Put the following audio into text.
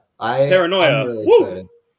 Paranoia